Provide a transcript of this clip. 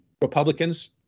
Republicans